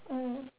mm